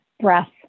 breath